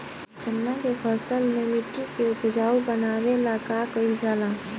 चन्ना के फसल में मिट्टी के उपजाऊ बनावे ला का कइल जाला?